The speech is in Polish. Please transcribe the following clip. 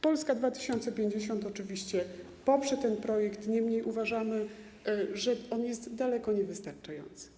Polska 2050 oczywiście poprze ten projekt, niemniej uważamy, że jest on daleko niewystarczający.